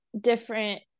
different